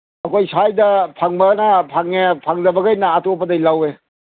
ꯑꯩꯈꯣꯏ ꯁ꯭ꯋꯥꯏꯗ ꯐꯪꯕꯅ ꯐꯪꯉꯦ ꯐꯪꯗꯕ ꯃꯈꯩꯅ ꯑꯇꯣꯞꯄꯗꯒꯤ ꯂꯧꯋꯦ